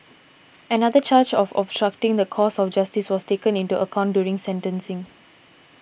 another charge of obstructing the course of justice was taken into account during sentencing